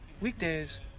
weekdays